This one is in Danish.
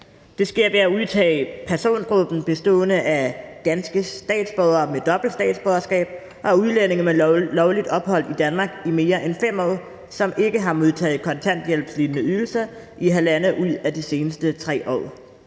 det sker ved at udtage persongruppen bestående af danske statsborgere med dobbelt statsborgerskab og udlændinge med lovligt ophold i Danmark i mere end 5 år, som ikke har modtaget kontanthjælpslignende ydelser i halvandet ud af de seneste 3 år.